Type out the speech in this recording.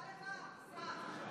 תודה לך, השר.